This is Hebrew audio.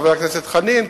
חבר הכנסת חנין,